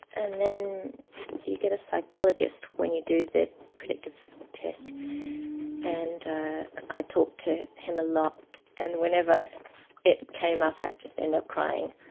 and then you get a psychologist when you do the predictive test and i talked to him a lot and whenever it came up i'd just end up crying.